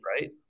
right